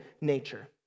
nature